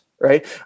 right